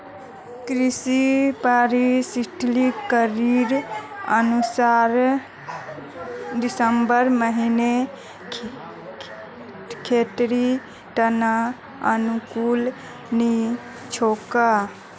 कृषि पारिस्थितिकीर अनुसार दिसंबर महीना खेतीर त न अनुकूल नी छोक